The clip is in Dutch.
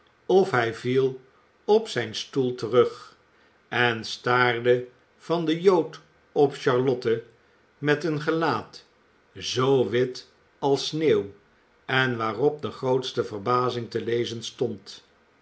of hij viel op zijn stoel terug en staarde van den jood op charlotte met een gelaat zoo wit als sneeuw en waarop de grootste verbazing te lezen stond